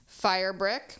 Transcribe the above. Firebrick